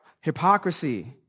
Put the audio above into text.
Hypocrisy